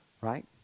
right